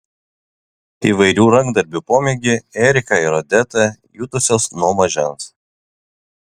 įvairių rankdarbių pomėgį erika ir odeta jutusios nuo mažens